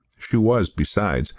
she was, besides,